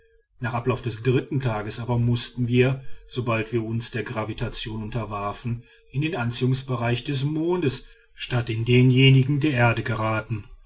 nach ablauf des dritten tages aber mußten wir sobald wir uns der gravitation unterwarfen in den anziehungsbereich des mondes statt in denjenigen der erde geraten